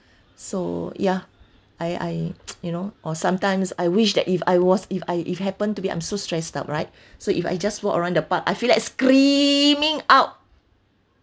so ya I I you know or sometimes I wish that if I was if I if happen to be I'm so stressed up right so if I just walk around the park I feel like screaming out